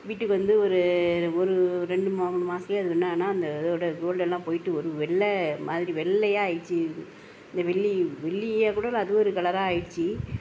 வீட்டுக்கு வந்து ஒரு ஒரு ரெண்டு மு மூணு மாசத்திலியே அது இன்னனால் அந்த இதோடய கோல்டெல்லாம் போய்விட்டு ஒரு வெள்ளை மாதிரி வெள்ளையாக ஆயிட்ச்சு இந்த வெள்ளி வெள்ளியை கூட அது ஒரு கலராக ஆயிடுச்சு